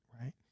right